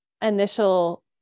initial